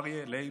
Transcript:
אריה לייב.